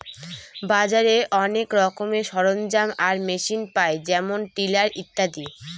বাজারে অনেক রকমের সরঞ্জাম আর মেশিন পায় যেমন টিলার ইত্যাদি